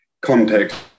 context